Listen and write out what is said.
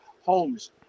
homes